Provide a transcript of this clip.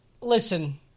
listen